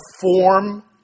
form